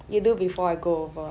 you do before I go over ah